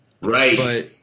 right